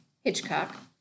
Hitchcock